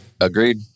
Agreed